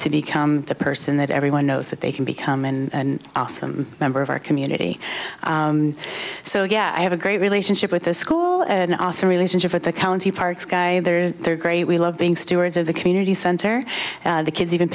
to become the person that everyone knows that they can become and awesome member of our community so yeah i have a great relationship with the school and also relationship with the county parks guy they're great we love being stewards of the community center the kids even